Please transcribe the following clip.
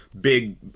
big